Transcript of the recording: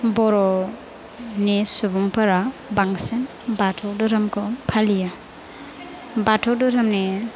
बर'नि सुबुंफोरा बांसिन बाथौ दोहोरोमखौ फालियो बाथौ दोहोरोमनि